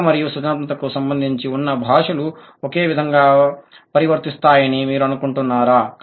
ఎంపిక మరియు సృజనాత్మకతకు సంబంధించి అన్ని భాషలు ఒకే విధంగా ప్రవర్తిస్తాయని మీరు అనుకుంటున్నారా